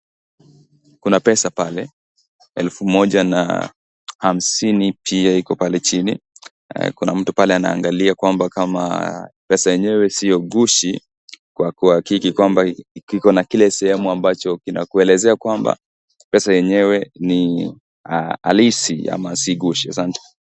Kuna pesa pale, elfu moja na hamsini pia iko pale chini. Kuna mtu pale anaangalia kwamba kama pesa yenyewe sio gushi, kwa kuhakiki kwamba kiko na kile sehemu ambacho kinakuelezea kwamba, pesa yenyewe ni halisi ama si gushi. Asante.